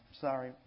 Sorry